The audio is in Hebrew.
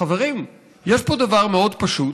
חברים, יש פה דבר מאוד פשוט